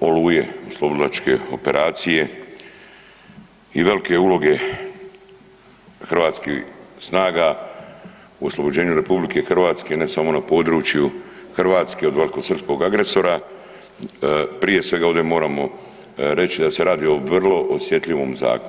Oluje oslobodilačke operacije i velike uloge hrvatskih snaga u oslobođenju RH ne samo na području Hrvatske od velikosrpskog agresora prije svega ovdje moramo reći da se radi o vrlo osjetljivom zakonu.